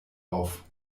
auf